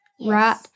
right